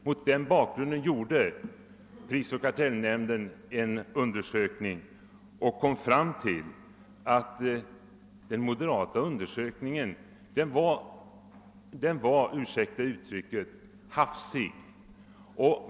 Mot denna bakgrund gjorde prisoch kartellnämnden en utredning och kom fram till att moderaternas undersökning var — ursäkta uttrycket — hafsig.